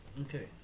Okay